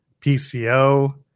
PCO